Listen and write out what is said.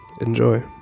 Enjoy